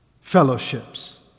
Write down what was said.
fellowships